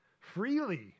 freely